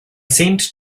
seemed